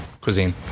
cuisine